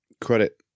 credit